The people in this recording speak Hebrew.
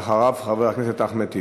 ואחריו, חבר הכנסת אחמד טיבי.